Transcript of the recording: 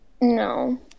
No